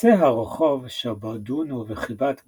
בקצה הרחוב שבו דונו וחיבת גרו,